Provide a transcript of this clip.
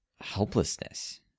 helplessness